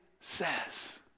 says